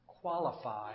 qualify